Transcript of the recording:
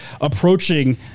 approaching